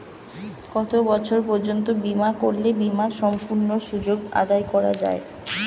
কত বছর পর্যন্ত বিমা করলে বিমার সম্পূর্ণ সুযোগ আদায় করা য়ায়?